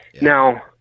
now